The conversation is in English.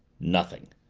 nothing.